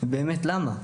באמת למה?